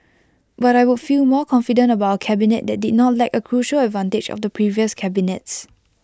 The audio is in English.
but I would feel more confident about cabinet that did not lack A crucial advantage of the previous cabinets